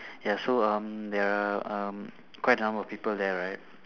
ya so um there are um quite a number of people there right